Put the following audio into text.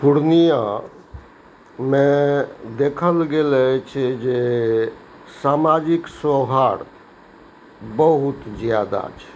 पूर्णिया मे देखल गेल अछि जे समाजिक सौहार्द बहुत जादा छै